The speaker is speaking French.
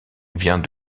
vient